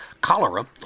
Cholera